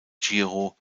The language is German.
giro